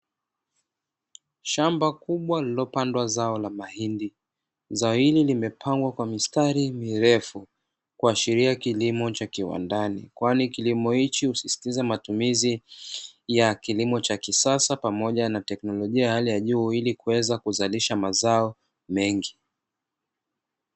Shamba kubwa lililopandwa zao la mahindi, zao hili limepangwa kwa mistari mirefu. Kuashiria kilimo cha kiwandani, kwani kilimo hichi husisitiza matumizi ya kilimo cha kisasa pamoja na teknolojia ya hali ya juu ili kuweza kuzalisha mazao mengi.